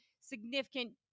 significant